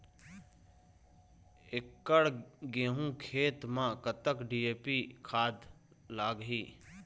एकड़ गेहूं खेत म कतक डी.ए.पी खाद लाग ही?